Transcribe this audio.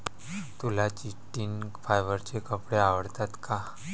तुला चिटिन फायबरचे कपडे आवडतात का?